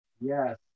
Yes